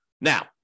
Now